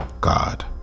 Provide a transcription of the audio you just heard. God